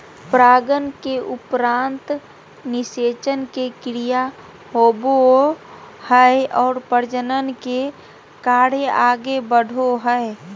परागन के उपरान्त निषेचन के क्रिया होवो हइ और प्रजनन के कार्य आगे बढ़ो हइ